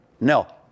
No